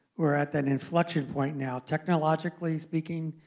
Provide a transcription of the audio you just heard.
we're at an inflection point now technologically speaking,